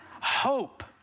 hope